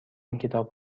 کتاب